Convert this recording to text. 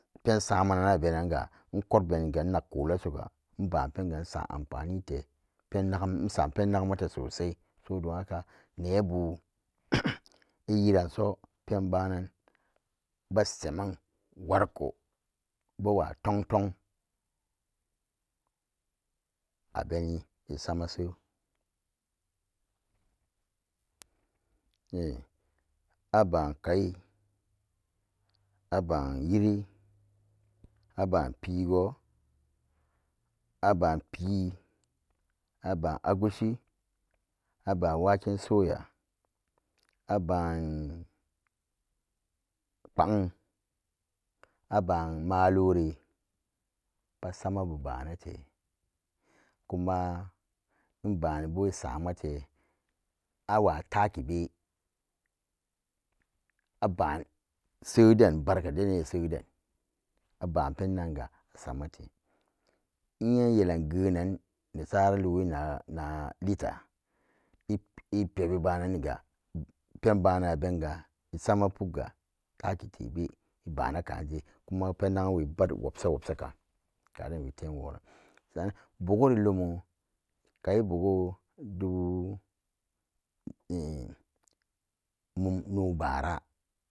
Pensamen-nan aben-nanga kwait benni ga inak kola soga inba'an penga in sam ammfanite pen'nagum-ensam pen nagumate sosai so don haka nebu iyiranso pen banan besemen wariko bewa tong-tong abeni esama sey aba'an kai aba'an yiri aba'an pigo aba'an pii aba'an agushi aba'an waken suya aba'an kbpang aba'an maleri pat samabu banate kuma inba'anibo samate awa takibe aba'an se den barka dene seden aba'an penanga samate nye yelan geen nan nesara lowi na-nalita ip-ipebi bo'annanni pen ba'anan abenga esama pugga taki tebe ebana ka'anje kuma pen nagum we be wopsa-wopsa ka'an kaden we temworan sanan buguri lumo kai bugu dubu mum-no bara.